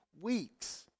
weeks